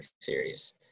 series